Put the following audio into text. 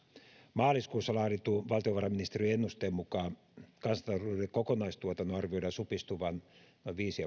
maaliskuussa laaditun valtiovarainministeriön ennusteen mukaan kansantalouden kokonaistuotannon arvioidaan supistuvan noin viisi